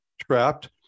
trapped